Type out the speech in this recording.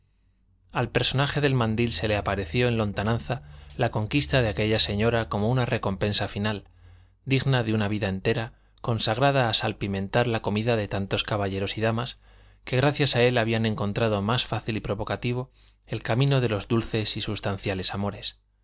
al personaje del mandil se le apareció en lontananza la conquista de aquella señora como una recompensa final digna de una vida entera consagrada a salpimentar la comida de tantos caballeros y damas que gracias a él habían encontrado más fácil y provocativo el camino de los dulces y sustanciales amores